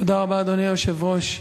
אדוני היושב-ראש,